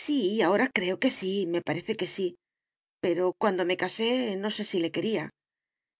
sí ahora creo que sí me parece que sí pero cuando me casé no sé si le quería